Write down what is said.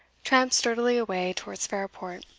tramped sturdily away towards fairport.